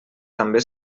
també